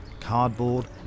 cardboard